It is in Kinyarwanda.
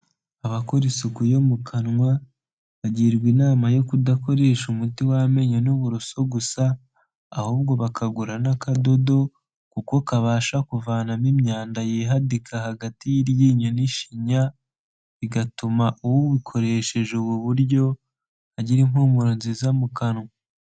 Abakora isuku yo mu kanwa, bagirwa inama yo kudakoresha umuti w'amenyo n'uburoso gusa ahubwo bakagura n'akadodo kuko kabasha kuvanamo imyanda yihadika hagati y'iryinyo n'ishinya, bigatuma ukoresheje ubu buryo, agira impumuro nziza mu kanwa.